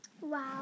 Wow